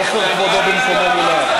עופר כבודו במקומו מונח.